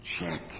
Check